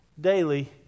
daily